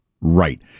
Right